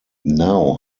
now